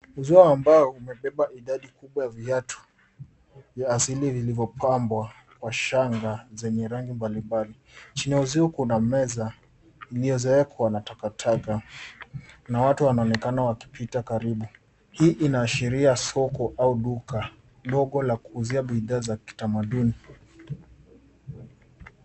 Uzio wa mbao umebeba idadi kubwa ya viatu vya asili vilivyopambwa kwa shanga zenye rangi mbalimbali. Chini ya uzio kuna meza iliyozokwa na takataka na watu wanaonekana wakipita karibu. Hii inaashiria soko au duka ndogo la kuuzia bidhaa za kitamaduni.